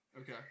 Okay